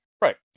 Right